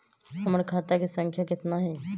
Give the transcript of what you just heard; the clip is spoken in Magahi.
हमर खाता के सांख्या कतना हई?